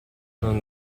non